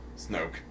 Snoke